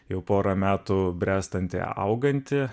jau porą metų bręstanti auganti